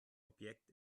objekt